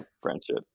friendship